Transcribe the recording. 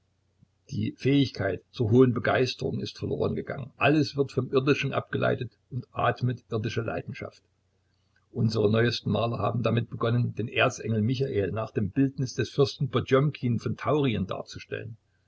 die fähigkeit zur hohen begeisterung ist verloren gegangen alles wird vom irdischen abgeleitet und atmet irdische leidenschaft unsere neuesten maler haben damit begonnen den erzengel michael nach dem bildnis des fürsten potjomkin von taurien darzustellen